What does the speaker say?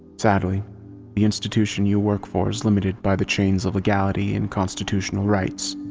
sadly the institution you work for is limited by the chains of legality and constitutional rights.